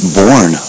born